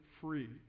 free